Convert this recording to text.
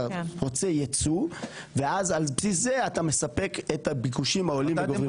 אתה רוצה ייצוא ואז על בסיס זה אתה מספק את הביקושים העולים וגוברים.